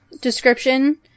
description